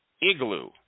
Igloo